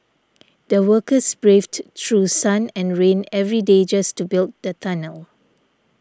the workers braved through sun and rain every day just to build the tunnel